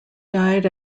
died